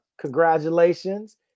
congratulations